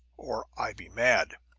or i be mad!